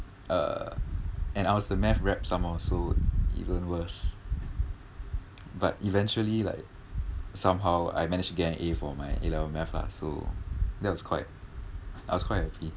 uh and I was the math rep somemore so even worse but eventually like somehow I managed to get an A for my A level maths lah so that was quite I was quite happy